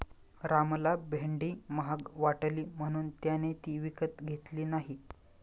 रामला भेंडी महाग वाटली म्हणून त्याने ती विकत घेतली नाही